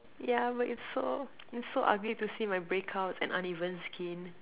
yeah but it's so it's so ugly to see my breakouts and uneven skin